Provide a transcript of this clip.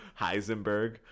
Heisenberg